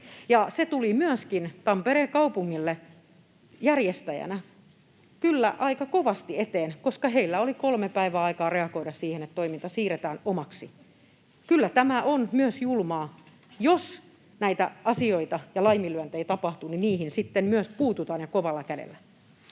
Se tuli myöskin Tampereen kaupungille järjestäjänä kyllä aika kovasti eteen, koska heillä oli kolme päivää aikaa reagoida siihen, että toiminta siirretään omaksi. Kyllä tämä on myös julmaa. Jos näitä asioita ja laiminlyöntejä tapahtuu, niin niihin sitten myös puututaan ja kovalla kädellä.